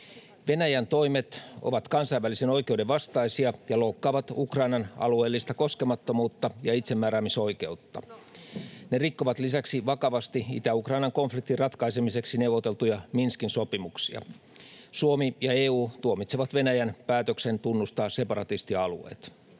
Venäjän toimet ovat kansainvälisen oikeuden vastaisia ja loukkaavat Ukrainan alueellista koskemattomuutta ja itsemääräämisoikeutta. Ne rikkovat lisäksi vakavasti Itä-Ukrainan konfliktin ratkaisemiseksi neuvoteltuja Minskin sopimuksia. Suomi ja EU tuomitsevat Venäjän päätöksen tunnustaa separatistialueet.